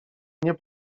nie